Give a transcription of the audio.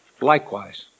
likewise